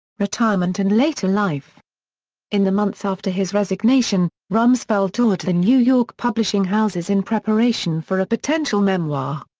retirement and later life in the months after his resignation, rumsfeld toured the new york publishing houses in preparation for a potential memoir.